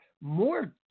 more